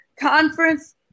conference